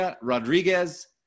Rodriguez